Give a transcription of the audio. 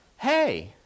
Hey